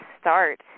start